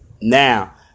Now